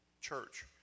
church